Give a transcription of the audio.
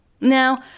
Now